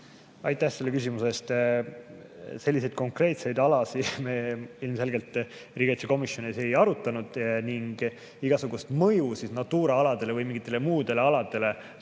Aitäh selle küsimuse eest! Konkreetseid alasid me ilmselgelt riigikaitsekomisjonis ei arutanud. Igasugust mõju Natura aladele või mingitele muudele aladele